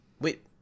Wait